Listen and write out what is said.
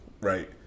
right